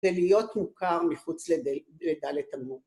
‫זה להיות מוכר מחוץ לדלת אמות.